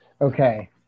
Okay